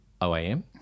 OAM